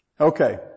Okay